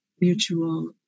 mutual